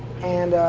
and